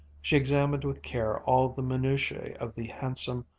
she examined with care all the minutiae of the handsome,